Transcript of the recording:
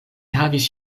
havis